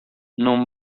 non